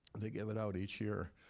they give it out each year,